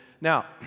now